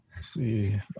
see